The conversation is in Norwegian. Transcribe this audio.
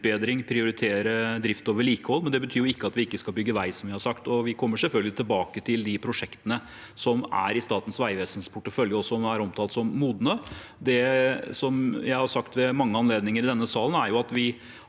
utbedring, drift og vedlikehold, men det betyr ikke at vi ikke skal bygge vei, som vi har sagt. Vi kommer selvfølgelig tilbake til de prosjektene som er i Statens vegvesens portefølje, og som er omtalt som modne. Det jeg har sagt ved mange anledninger i denne salen, er at vi